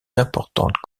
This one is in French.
importantes